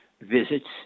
visits